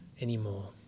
anymore